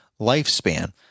lifespan